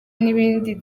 n’ibindi